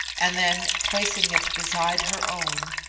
and then, placing it beside her own,